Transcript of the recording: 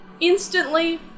Instantly